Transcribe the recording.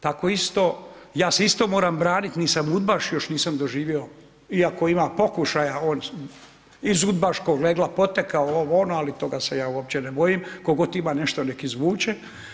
Tako isto, ja se isto moram braniti, nisam udbaš, još nisam doživio iako ima pokušaja iz udbaškog legla potekao, ovo, ono, ali toga se ja uopće ne bojim, tko god ima nešto nek' izvuče.